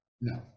No